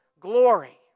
glory